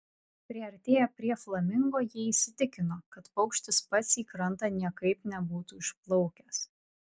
priartėję prie flamingo jie įsitikino kad paukštis pats į krantą niekaip nebūtų išplaukęs